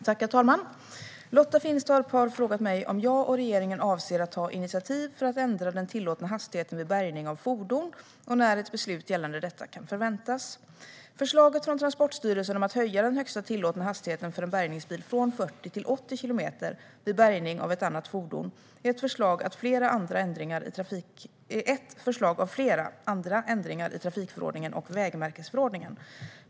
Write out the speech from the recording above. Herr talman! Lotta Finstorp har frågat mig om jag och regeringen avser att ta initiativ för att ändra den tillåtna hastigheten vid bärgning av fordon och när ett beslut gällande detta kan förväntas. Förslaget från Transportstyrelsen om att höja den högsta tillåtna hastigheten för en bärgningsbil från 40 till 80 kilometer vid bärgning av ett annat fordon är ett förslag bland flera andra föreslagna ändringar i trafikförordningen och vägmärkesförordningen.